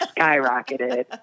skyrocketed